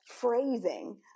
phrasing